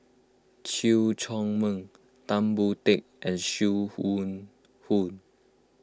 Chew Chor Meng Tan Boon Teik and Sim Wong Hoo